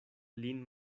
lin